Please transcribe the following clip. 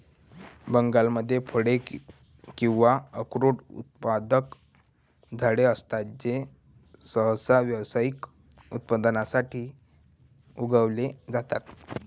बागांमध्ये फळे किंवा अक्रोड उत्पादक झाडे असतात जे सहसा व्यावसायिक उत्पादनासाठी उगवले जातात